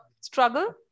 struggle